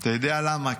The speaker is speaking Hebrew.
אתה יודע למה?